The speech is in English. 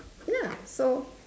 ya so